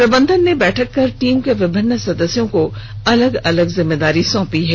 प्रबंधन ने बैठक कर टीम के विभिन्न सदस्यों को अलग अलग जिम्मेदारी सौंपी है